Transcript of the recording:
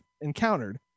encountered